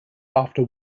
after